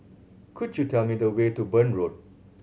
could you tell me the way to Burn Road